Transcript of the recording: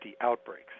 outbreaks